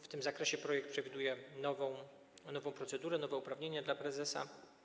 W tym zakresie projekt przewiduje nową procedurę, nowe uprawnienie dla prezesa.